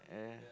yeah